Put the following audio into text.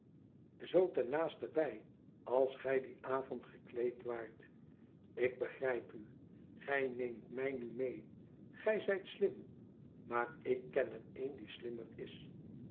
zoo ten naastenbij als gij dien avond gekleed waart ik begrijp u gij neemt mij nu mee gij zijt slim maar ik ken er een die slimmer is